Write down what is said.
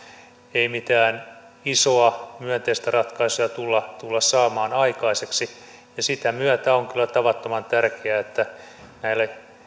ei mitään isoa myönteistä ratkaisua tulla tulla saamaan aikaiseksi ja sen myötä on kyllä tavattoman tärkeää että näille